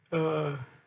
uh